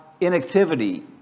inactivity